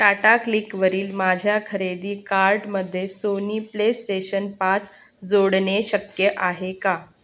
टाटा क्लिकवरील माझ्या खरेदी कार्टमध्ये सोनी प्ले स्टेशन पाच जोडणे शक्य आहे का